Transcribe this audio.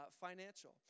financial